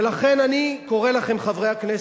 ולכן אני קורא לכם, חברי הכנסת,